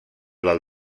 del